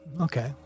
Okay